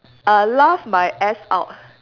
uh laugh my ass out